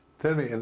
tell me,